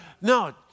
no